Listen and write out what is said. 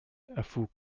erfuhr